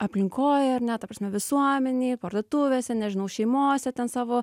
aplinkoj ar ne ta prasme visuomenėj parduotuvėse nežinau šeimose ten savo